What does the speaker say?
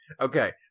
Okay